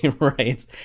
right